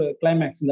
climax